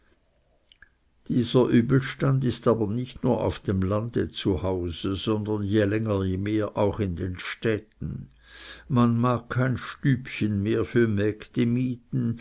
dieser übelstand ist aber nicht nur auf dem lande zu hause sondern je länger je mehr auch in den städten man mag kein stübchen mehr für mägde mieten